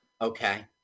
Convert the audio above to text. Okay